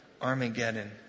Armageddon